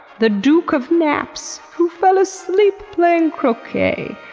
the duke of naps, who fell asleep playing croquet.